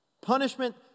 Punishment